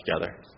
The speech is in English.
together